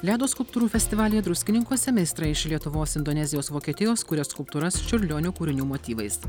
ledo skulptūrų festivalyje druskininkuose meistrai iš lietuvos indonezijos vokietijos kuria skulptūras čiurlionio kūrinių motyvais